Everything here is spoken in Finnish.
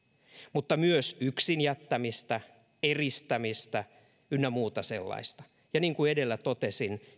mutta myös yksin jättämistä eristämistä ynnä muuta sellaista ja niin kuin edellä totesin